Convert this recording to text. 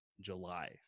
July